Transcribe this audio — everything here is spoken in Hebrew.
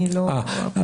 אני לא יודעת.